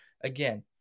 again